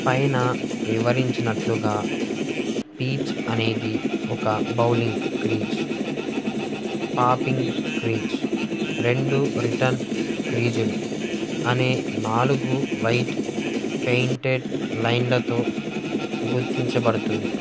పైన వివరించినట్లుగా పిచ్ అనేది ఒక బౌలింగ్ క్రీజ్ పాపింగ్ క్రీజ్ రెండు రిటర్న్ క్రీజులు అనే నాలుగు వైట్ పెయింటెడ్ లైన్లతో గుర్తించబడుతుంది